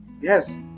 yes